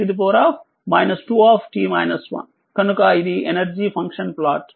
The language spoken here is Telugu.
కనుకఇది ఎనర్జీ ఫంక్షన్ ప్లాట్